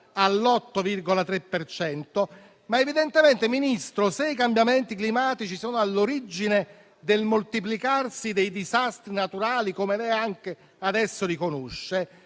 all'8,3 per cento. Evidentemente, signor Ministro, se i cambiamenti climatici sono all'origine del moltiplicarsi dei disastri naturali, come lei anche adesso riconosce,